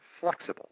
flexible